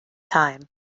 time